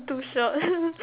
too short